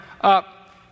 up